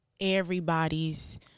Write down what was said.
everybody's